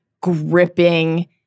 gripping